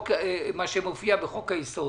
לגבי מה שמופיע בחוק-היסוד,